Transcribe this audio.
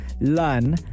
learn